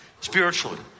spiritually